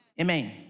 Amen